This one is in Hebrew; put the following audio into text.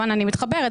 אני מתחברת,